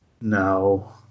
No